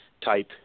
type